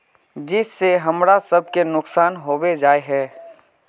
जिस से हमरा सब के नुकसान होबे जाय है?